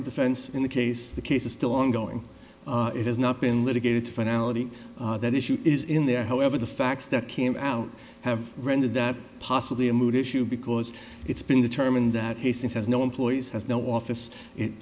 of the fence in the case the case is still ongoing it has not been litigated to finality that issue is in there however the facts that came out have rendered that possibly a moot issue because it's been determined that hastens has no employees has no office it